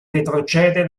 retrocede